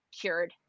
cured